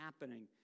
happening